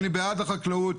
ואני בעד החקלאות,